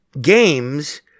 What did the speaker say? games